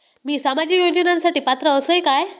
मी सामाजिक योजनांसाठी पात्र असय काय?